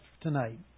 tonight